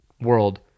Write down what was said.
world